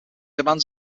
demands